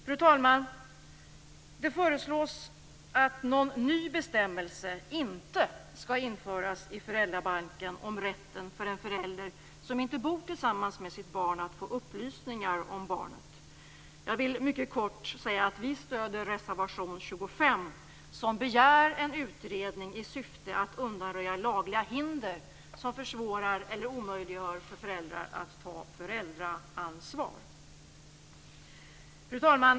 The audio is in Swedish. Fru talman! Det föreslås att någon ny bestämmelse inte skall införas i föräldrabalken om rätten för en förälder som inte bor tillsammans med sitt barn att få upplysningar om barnet. Vi stöder reservation 25, där det begärs en utredning i syfte att undanröja lagliga hinder som försvårar eller omöjliggör för föräldrar att ta föräldraansvar. Fru talman!